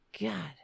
God